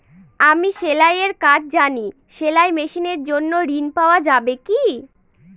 আমি সেলাই এর কাজ জানি সেলাই মেশিনের জন্য ঋণ পাওয়া যাবে কি?